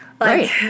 Right